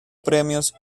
premios